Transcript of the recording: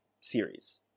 series